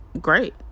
Great